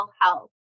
health